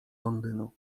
londynu